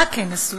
מה כן עשו?